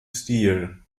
stil